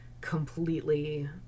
completely